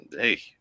hey